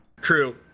True